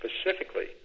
specifically